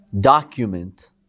document